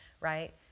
right